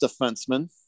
defenseman